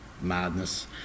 Madness